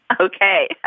Okay